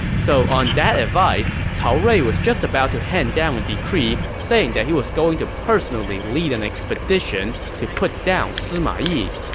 so on that advice, cao rui was just about to hand down a decree saying that he was going to personally lead an expedition to put down sima yi.